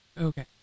Okay